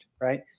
right